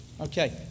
Okay